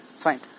Fine